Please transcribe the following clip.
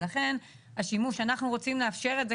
ולכן השימוש שאנחנו רוצים לאפשר את זה